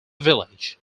village